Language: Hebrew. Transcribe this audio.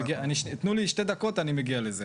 תנו לי שתי דקות אני מגיע לזה.